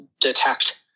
detect